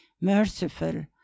merciful